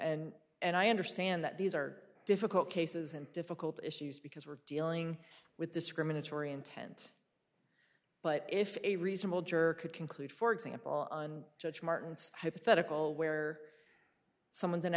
and and i understand that these are difficult cases and difficult issues because we're dealing with discriminatory intent but if a reasonable juror could conclude for example on judge martin's hypothetical where someone's an